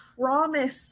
promise